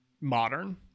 modern